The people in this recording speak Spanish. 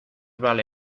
vale